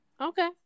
Okay